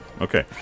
Okay